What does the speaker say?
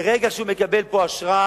ברגע שהוא מקבל פה אשרה,